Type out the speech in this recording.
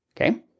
Okay